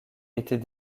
était